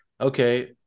okay